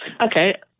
Okay